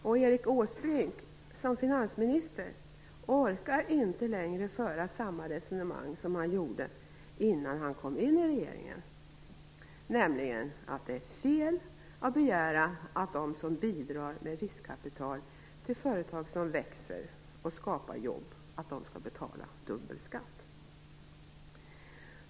Och Erik Åsbrink orkar inte som finansminister längre föra samma resonemang som han gjorde innan han kom in i regeringen - nämligen att det är fel att begära att de som bidrar med riskkapital till företag som växer och skapar jobb skall betala dubbel skatt.